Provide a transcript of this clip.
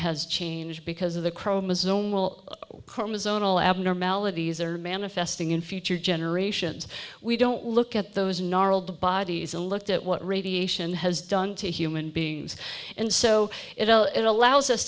has changed because of the chromosomal chromosomal abnormalities are manifesting in future generations we don't look at those gnarled bodies and looked at what radiation has done to human beings and so it'll it allows us